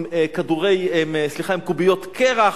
עם קוביות קרח,